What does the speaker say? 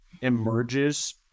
emerges